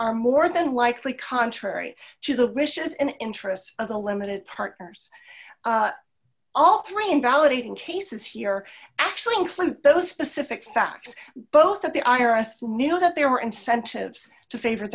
are more than likely contrary to the wishes and interests of the limited partners all three invalidating cases here actually include those specific facts both at the i r s knew that there were incentives to favor